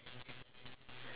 meat